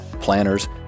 planners